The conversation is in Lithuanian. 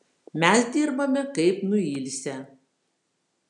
mes dirbame kaip nuilsę